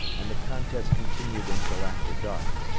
and the contest continued until after dark.